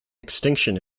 extinction